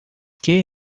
que